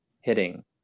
hitting